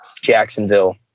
Jacksonville